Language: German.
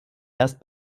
erst